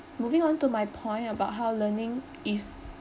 moving onto my point about how learning if